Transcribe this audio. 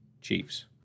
Chiefs